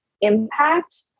impact